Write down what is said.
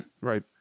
Right